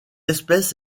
espèce